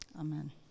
Amen